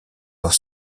dans